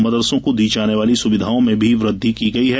मदरसों को दी जाने वाली सुविधाओं में भी वृद्धि की गयी है